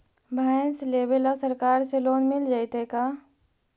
भैंस लेबे ल सरकार से लोन मिल जइतै का?